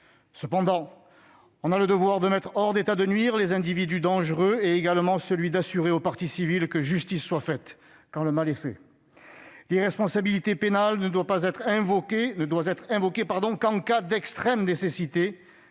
Cependant, on a le devoir de mettre hors d'état de nuire les individus dangereux et celui d'assurer aux parties civiles que justice soit faite quand le mal est fait. L'irresponsabilité pénale ne doit être invoquée qu'en cas d'extrême nécessité,